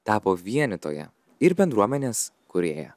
tapo vienytoja ir bendruomenės kūrėja